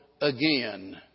again